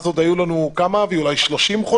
אז עוד היו לנו אולי 30 חולים.